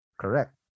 Correct